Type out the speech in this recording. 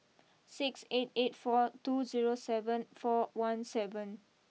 six eight eight four two zero seven four one seven